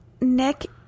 Nick